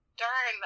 darn